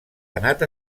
anat